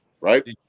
right